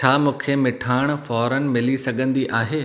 छा मूंखे मिठाण फ़ौरन मिली सघंदो आहे